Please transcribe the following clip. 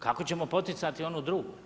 Kako ćemo poticati onu drugu?